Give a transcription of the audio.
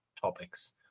topics